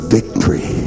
victory